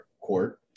court